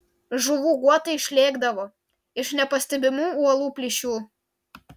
žuvų guotai išlėkdavo iš nepastebimų uolų plyšių